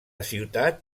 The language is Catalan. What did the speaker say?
ciutat